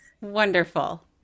wonderful